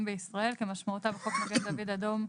בישראל כמשמעותה בחוק מגן דוד אדום,